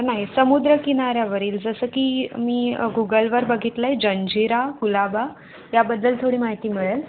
नाही समुद्रकिनाऱ्यावरील जसं की मी गुगलवर बघितलं आहे जंजिरा कुलाबा याबद्दल थोडी माहिती मिळेल